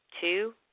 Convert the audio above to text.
two